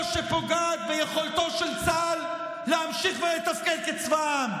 שפוגעת ביכולתו של צה"ל להמשיך ולתפקד כצבא העם.